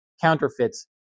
counterfeits